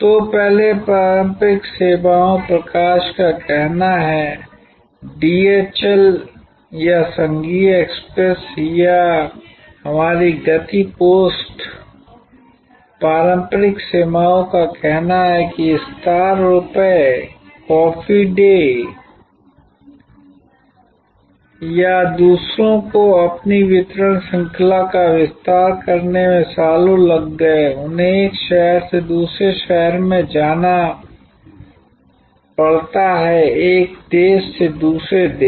तो पहले पारंपरिक सेवाओं प्रकाश का कहना है डीएचएल या संघीय एक्सप्रेस या हमारी गति पोस्ट पारंपरिक सेवाओं का कहना है कि स्टार रुपये कॉफी कैफे डे या दूसरों को अपनी वितरण श्रृंखला का विस्तार करने में सालों लग गए उन्हें एक शहर से दूसरे शहर में जाना पड़ता है एक देश से दूसरे देश